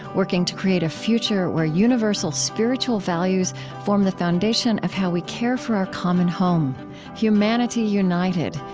working to create a future where universal spiritual values form the foundation of how we care for our common home humanity united,